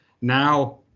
Now